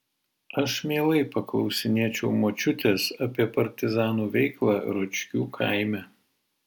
aš mielai paklausinėčiau močiutės apie partizanų veiklą ročkių kaime